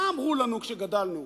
מה אמרו לנו כשגדלנו?